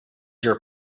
your